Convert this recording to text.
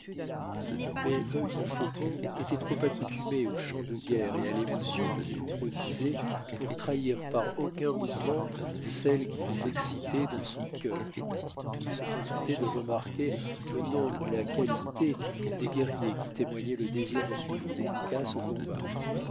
mais œil de faucon était trop accoutumé aux chants de guerre et à l'émotion qu'ils produisaient pour trahir par aucun mouvement celle qu'ils excitaient dans son cœur il se contentait de remarquer le nombre et la qualité des guerriers qui témoignaient le désir de suivre uncas au combat